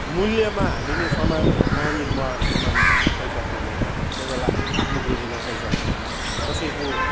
मूल्यमा हामीले सामान नानीहरू मगाएको सामानको पैसा तिर्नुपर्छ कोही बेला आफ्नो गोजीमा पैसा हुँदैन कसैको